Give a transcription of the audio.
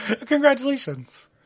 Congratulations